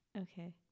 Okay